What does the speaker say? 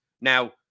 Now